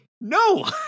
No